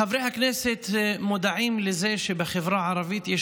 חברי הכנסת מודעים לזה שבחברה הערבית יש